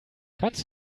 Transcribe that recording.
kannst